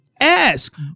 ask